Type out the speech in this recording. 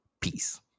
Peace